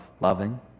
loving